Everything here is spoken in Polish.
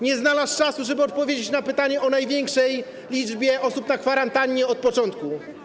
Nie znalazł czasu, żeby odpowiedzieć na pytanie o największą liczbę osób na kwarantannie od początku.